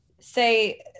say